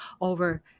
over